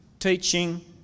teaching